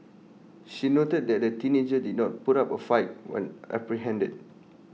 she noted that the teenager did not put up A fight when apprehended